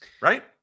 Right